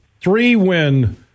three-win